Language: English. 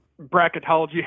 Bracketology